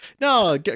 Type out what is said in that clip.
no